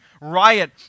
riot